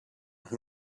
who